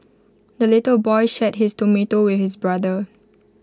the little boy shared his tomato with his brother